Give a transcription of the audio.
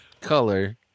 color